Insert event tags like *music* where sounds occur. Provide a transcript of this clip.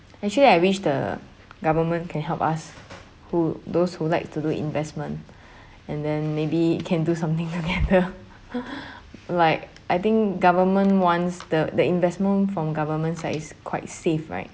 actually I wish the government can help us who those who like to do investment and then maybe can do something together *laughs* like I think government ones the the investment from governments ah is quite safe right